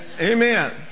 Amen